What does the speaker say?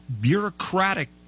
bureaucratic